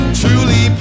truly